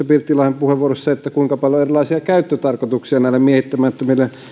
pirttilahden puheenvuorossa se kuinka paljon erilaisia käyttötarkoituksia näille miehittämättömille